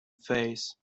face